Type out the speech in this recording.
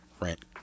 rent